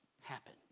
happen